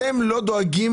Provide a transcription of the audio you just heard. אתם לא דואגים.